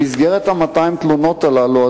במסגרת 200 התלונות הללו,